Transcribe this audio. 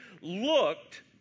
looked